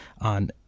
on